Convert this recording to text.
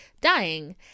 dying